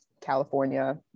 California